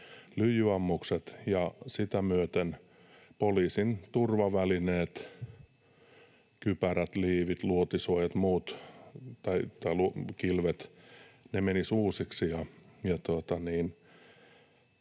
ja sitä myöten poliisin turvavälineet, kypärät, liivit, luotisuojat, kilvet tai muut, menisivät uusiksi.